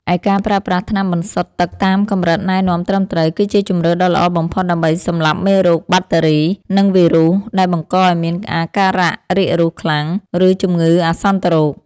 ឯការប្រើប្រាស់ថ្នាំបន្សុទ្ធទឹកតាមកម្រិតណែនាំត្រឹមត្រូវ គឺជាជម្រើសដ៏ល្អបំផុតដើម្បីសម្លាប់មេរោគបាក់តេរី និងវីរុសដែលបង្កឱ្យមានអាការៈរាករូសខ្លាំង ឬជំងឺអាសន្នរោគ។